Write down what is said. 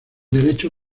derecho